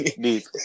deep